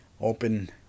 open